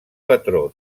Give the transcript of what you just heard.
patró